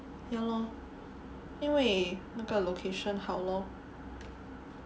ya lor 因为那个 location 好 lor